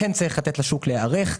כן צריך לתת לשוק להיערך,